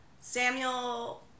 Samuel